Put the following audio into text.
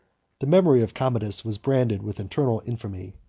the memory of commodus was branded with eternal infamy.